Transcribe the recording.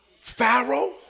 Pharaoh